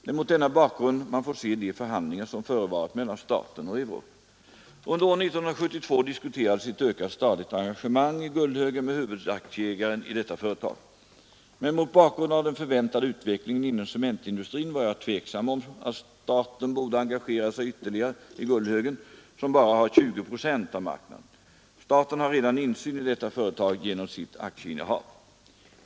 Det är mot denna bakgrund man får se de förhandlingar som förevarit mellan staten och Euroc. Under år 1972 diskuterades ett ökat statligt engagemang i Gullhögen med huvudaktieägaren i detta företag. Men mot bakgrund av den förväntade utvecklingen inom cementindustrin var jag tveksam om staten borde engagera sig ytterligare i Gullhögen, som bara har ca 20 procent av marknaden. Staten har redan insyn i detta företag genom sitt aktieinnehav.